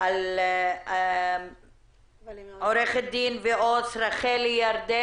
על מה דנתם?